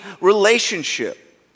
relationship